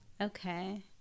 Okay